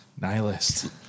Nihilist